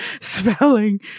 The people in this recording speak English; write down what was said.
spelling